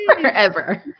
forever